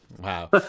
Wow